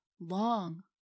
long